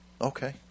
Okay